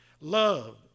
Love